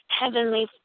Heavenly